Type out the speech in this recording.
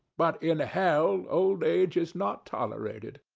but in hell old age is not tolerated.